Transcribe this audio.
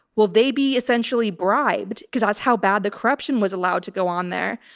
will they be essentially bribed cause how bad the corruption was allowed to go on there.